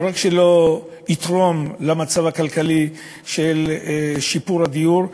לא רק שלא יתרום למצב הכלכלי של שיפור הדיור,